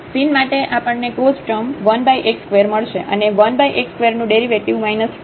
sin માટે આપણને cos term 1x² મળશે અને 1 x²નું ડેરિવેટિવ 2 x³ હશે